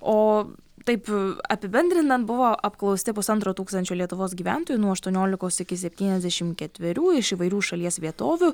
o taip apibendrinant buvo apklausti pusantro tūkstančio lietuvos gyventojų nuo aštuoniolikos iki septyniasdešim ketverių iš įvairių šalies vietovių